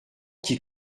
qui